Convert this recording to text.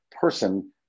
person